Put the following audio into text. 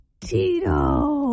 Tito